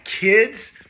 kids